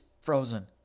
frozen